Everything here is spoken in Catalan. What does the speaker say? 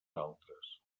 altres